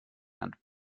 and